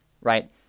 right